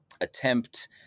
attempt